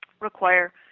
require